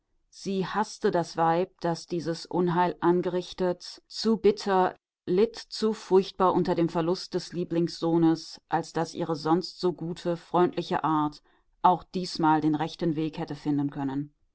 sie haßte das weib das dieses unheil angerichtet zu bitter litt zu furchtbar unter dem verlust des lieblingssohnes als daß ihre sonst so gute freundliche art auch diesmal den rechten weg hätte finden können